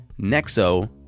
Nexo